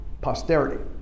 posterity